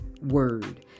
word